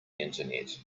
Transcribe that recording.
internet